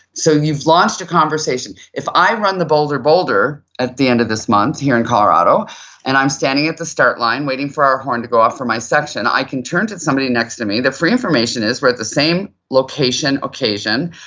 so you've launched a conversation if i run the boulder boulder at the end of this month here in colorado and i'm standing at the start line waiting for our horn to go off for my section, i can turn to somebody next to me, the free information is we're at the same location occasion.